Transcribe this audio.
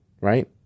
right